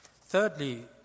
Thirdly